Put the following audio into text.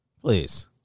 Please